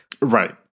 Right